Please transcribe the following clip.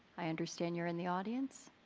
i understand you're in the audience.